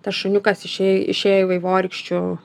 tas šuniukas išė išėjo į vaivorykščių